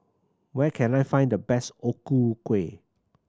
where can I find the best O Ku Kueh